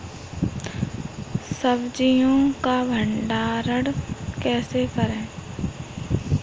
सब्जियों का भंडारण कैसे करें?